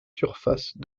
surfaces